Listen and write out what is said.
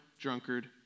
drunkard